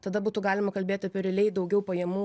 tada būtų galima kalbėti apie realiai daugiau pajamų